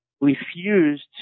refused